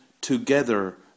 together